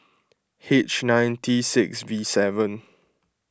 H nine T six V seven